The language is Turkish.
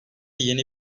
yeni